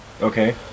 Okay